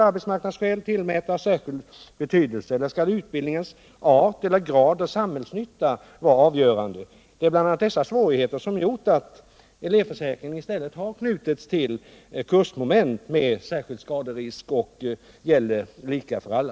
arbetsmarknadsskäl tillmätas särskild betydelse eller skall utbildningens art eller graden av samhällsnytta vara avgörande? Det är bl.a. dessa svårigheter som gjort att elevförsäkringen i stället har knytits till kursmoment med särskild skaderisk och gäller lika för alla.